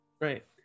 Right